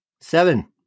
Seven